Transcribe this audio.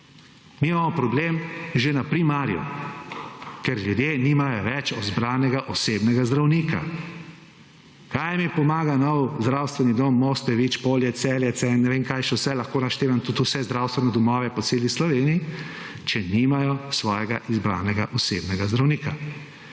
Mi imamo problem že na primarju, ker ljudje nimajo več izbranega osebnega zdravnika. Kaj mi pomaga nov Zdravstveni dom Moste, Vič, Polje, Celje, ne vem kaj še vse, lahko naštevam tudi vse zdravstvene domove po celi Sloveniji, če nimajo svojega izbranega osebnega zdravnika.